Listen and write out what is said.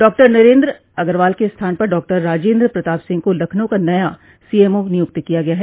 doctor Narendra Agrawal के स्थान पर डॉक्टर राजेन्द्र प्रताप सिंह को लखनऊ का नया सीएमओ नियुक्त किया गया है